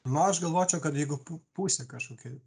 nu aš galvočiau kad jeigu pu pusė kažkokia